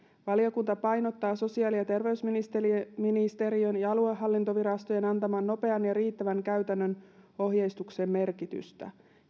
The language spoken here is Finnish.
valiokunta painottaa sosiaali ja terveysministeriön ja aluehallintovirastojen antaman nopean ja riittävän käytännön ohjeistuksen merkitystä